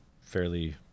fairly